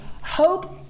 hope